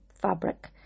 fabric